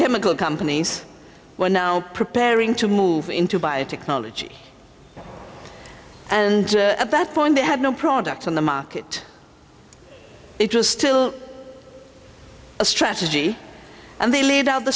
chemical companies were now preparing to move into biotechnology and at that point they had no product on the market it was still a strategy and they laid out the